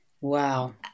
Wow